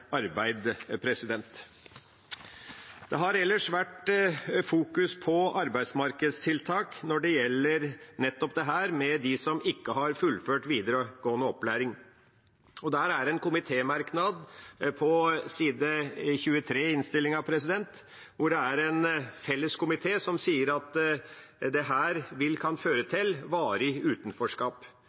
Det har ellers vært fokusert på arbeidsmarkedstiltak når det gjelder nettopp dem som ikke har fullført videregående opplæring. Der er det en komitémerknad på side 23 i innstillingen hvor det er en felles komité som sier at dette kan føre til «varig utenforskap».